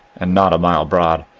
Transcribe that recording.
and not a mile broad.